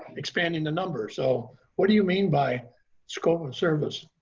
expanding the number. so what do you mean by scope of service?